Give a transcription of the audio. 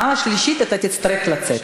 פעם שלישית אתה תצטרך לצאת.